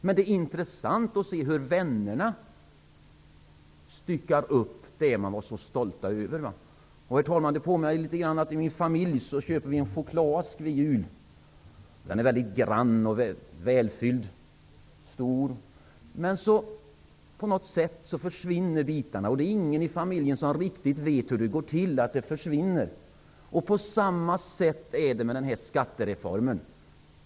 Men det är intressant att se hur vännerna styckar upp det de var så stolta över. Det påminner mig om hur vi i min familj köper en chokladask vid jul, herr talman. Den är väldigt grann och stor och välfylld. På något sätt försvinner bitarna. Det är ingen i familjen som riktigt vet hur det går till. På samma sätt är det med skattereformen.